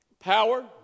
Power